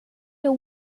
woot